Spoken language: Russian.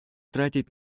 тратить